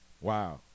Wow